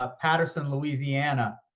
ah patterson louisiana.